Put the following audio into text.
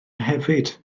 hefyd